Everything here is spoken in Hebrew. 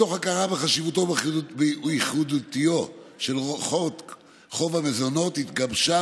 מתוך הכרה בחשיבותו ובייחודיותו של חוק חוב המזונות התגבשה